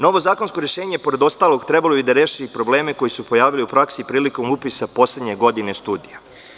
Novo zakonsko rešenje, pored ostalog, trebalo bi da reši probleme koji su se pojavili u praksi prilikom upisa poslednje godine studija.